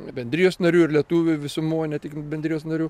bendrijos narių ir lietuvių visumoj ne tik bendrijos narių